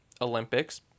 Olympics